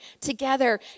together